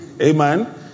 Amen